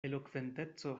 elokventeco